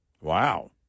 wow